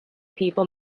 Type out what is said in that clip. people